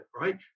right